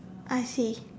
I see